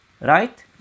right